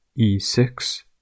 e6